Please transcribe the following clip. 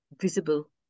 visible